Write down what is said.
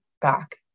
back